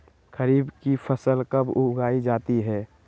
खरीफ की फसल कब उगाई जाती है?